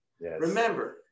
remember